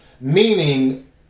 meaning